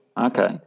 Okay